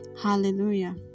Hallelujah